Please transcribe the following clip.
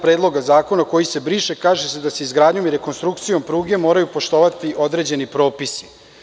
Predloga zakona koji se briše, kaže se da se izgradnjom i rekonstrukcijom pruge moraju poštovati određeni propisi.